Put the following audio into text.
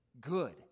good